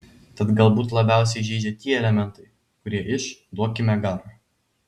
tad galbūt labiausiai žeidžia tie elementai kurie iš duokime garo